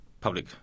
public